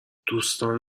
دوستان